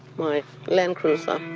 my land cruiser.